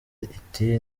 iti